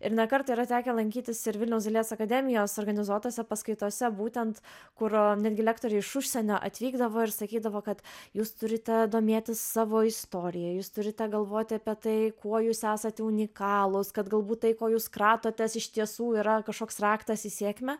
ir ne kartą yra tekę lankytis ir vilniaus dailės akademijos organizuotose paskaitose būtent kur netgi lektoriai iš užsienio atvykdavo ir sakydavo kad jūs turite domėtis savo istorija jūs turite galvoti apie tai kuo jūs esate unikalūs kad galbūt tai ko jūs kratotės iš tiesų yra kažkoks raktas į sėkmę